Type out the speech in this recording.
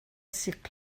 sik